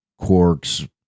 quarks